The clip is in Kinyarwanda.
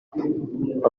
abakobwa